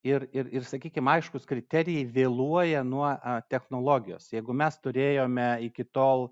ir ir ir sakykim aiškūs kriterijai vėluoja nuo technologijos jeigu mes turėjome iki tol